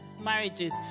marriages